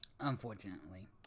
unfortunately